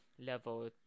level